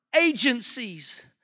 agencies